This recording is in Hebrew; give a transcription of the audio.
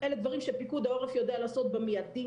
אלה דברים שפיקוד העורף יודע לעשות במיידי,